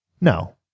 No